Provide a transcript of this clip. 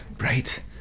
right